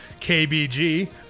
KBG